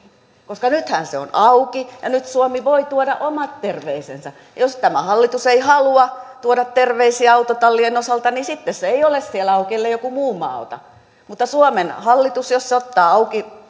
koska nythän se on auki ja nyt suomi voi tuoda omat terveisensä jos tämä hallitus ei halua tuoda terveisiä autotallien osalta niin sitten ne eivät ole siellä auki ellei joku muu maa ota mutta jos suomen hallitus ottaa auki